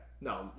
No